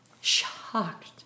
Shocked